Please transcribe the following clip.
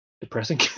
depressing